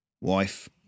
Wife